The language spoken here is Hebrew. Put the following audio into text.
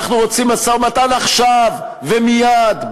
אנחנו רוצים משא-ומתן עכשיו ומייד,